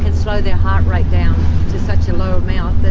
can slow their heart rate down to such a low amount